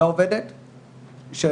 לעובדת הזאת,